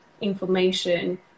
information